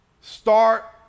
Start